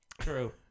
True